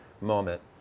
moment